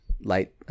light